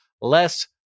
less